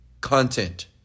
content